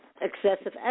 excessive